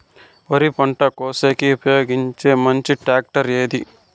వరి పంట కోసేకి ఉపయోగించే మంచి టాక్టర్ ఏది?